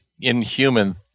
inhuman